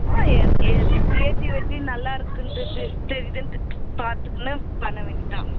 ஆ எது எது க்ரியேட்டிவிட்டி நல்லாயிருக்குன்ட்டு சரி சரி இதுன்ட்டு பார்த்துக்கின்னு பண்ணவேண்டியதான்